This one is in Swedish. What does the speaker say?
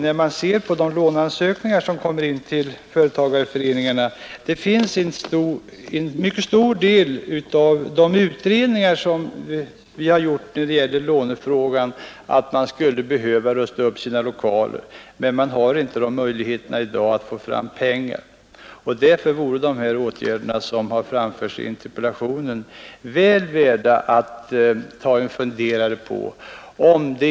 När man ser på de låneansökningar som kommer in till företagarföreningarna finner man att ett mycket stort antal av de företag som ansöker om lån skulle behöva rusta upp sina lokaler, men de har inte möjligheter i dag att få fram pengar. Därför vore de åtgärder som anförts i interpellationen väl värda att ta en funderare på.